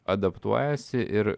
adaptuojiesi ir